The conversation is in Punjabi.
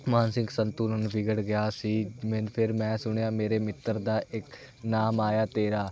ਮਾਨਸਿਕ ਸੰਤੁਲਨ ਵਿਗੜ ਗਿਆ ਸੀ ਮੈਨੂੰ ਫਿਰ ਮੈਂ ਸੁਣਿਆ ਮੇਰੇ ਮਿੱਤਰ ਦਾ ਇੱਕ ਨਾਮ ਆਇਆ ਤੇਰਾ